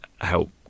help